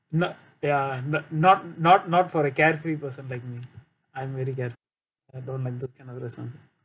not ya but not not not for a carefree person like me I'm really bad I don't like this kind of arrangement